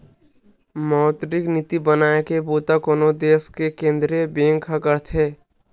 मौद्रिक नीति बनाए के बूता कोनो देस के केंद्रीय बेंक ह करथे